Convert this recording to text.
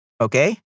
okay